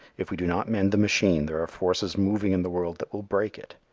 if we do not mend the machine, there are forces moving in the world that will break it.